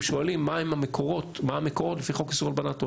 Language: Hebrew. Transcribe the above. שואלים מה המקורות לפי חוק איסור הלבנת הון.